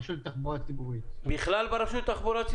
בכלל בתחבורה ציבורית או מוניות?